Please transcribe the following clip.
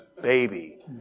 baby